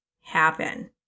happen